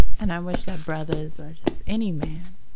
and i wish that brothers, or just any man,